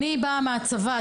אני באה מהצבא,